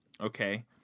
okay